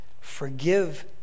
forgive